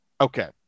Okay